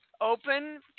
open